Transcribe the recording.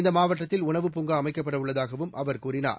இந்தமாவட்டத்தில் உணவுப்பூங்காஅமைக்கப்படஉள்ளதாகவும் அவர் கூறினார்